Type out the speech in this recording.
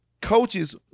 coaches